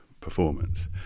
performance